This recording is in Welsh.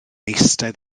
eistedd